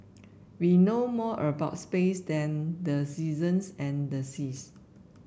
we know more about space than the seasons and the seas